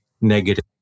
negative